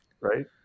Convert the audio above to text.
right